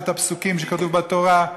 את הפסוקים שכתובים בתורה.